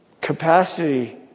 capacity